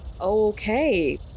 okay